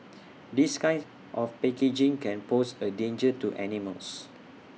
this kind of packaging can pose A danger to animals